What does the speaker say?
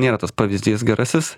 nėra tas pavyzdys gerasis